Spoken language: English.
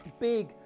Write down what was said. big